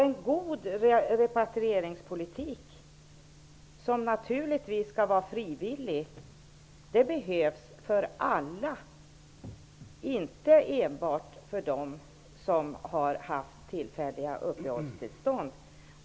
En god repatrieringspolitik, naturligtvis en frivillig sådan, behövs för alla, inte enbart för dem som haft tillfälliga uppehållstillstånd.